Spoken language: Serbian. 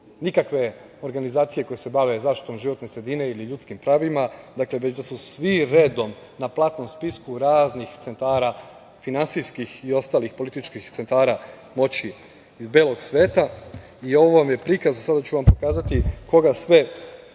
nikakve organizacije koje se bave zaštitom životne sredine ili ljudskim pravima, već da su svi redom na platnom spisku raznih centara, finansijskih i ostalih političkih centara moći iz belog sveta. Ovo vam je prikaz, sada ću vam pokazati, koga sve